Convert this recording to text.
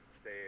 stay